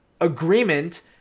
agreement